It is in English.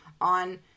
on